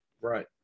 Right